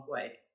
halfway